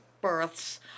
births